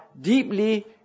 deeply